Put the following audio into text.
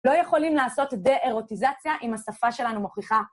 לא יכולים לעשות די-אירוטיזציה אם השפה שלנו מוכיחה.